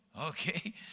Okay